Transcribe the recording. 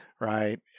right